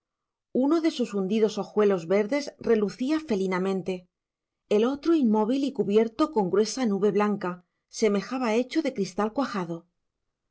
uno de sus hundidos ojuelos verdes relucía felinamente el otro inmóvil y cubierto con gruesa nube blanca semejaba hecho de cristal cuajado